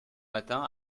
matin